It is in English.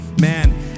Man